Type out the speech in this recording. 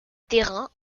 terrain